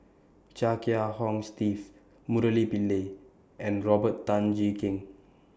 Chia Kiah Hong Steve Murali Pillai and Robert Tan Jee Keng